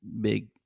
big